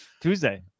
Tuesday